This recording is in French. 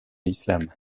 l’islam